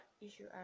issue